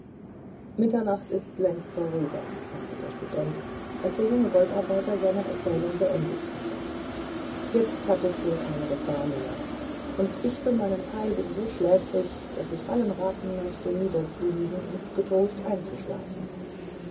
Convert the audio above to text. mitternacht ist längst vorüber sagte der student als der junge goldarbeiter seine erzählung geendigt hatte jetzt hat es wohl keine gefahr mehr und ich für meinen teil bin so schläfrig daß ich allen raten möchte niederzuliegen und getrost einzuschlafen